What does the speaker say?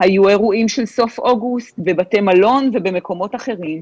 היו אירועים של סוף אוגוסט בבתי מלון ובמקומות אחרים.